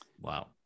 Wow